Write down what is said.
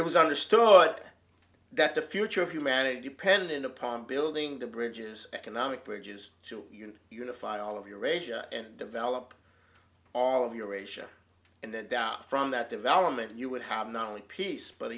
was understood that the future of humanity dependent upon building the bridges economic bridges to unify all of eurasia and develop all of eurasia and then down from that development you would have not only peace but